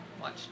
watch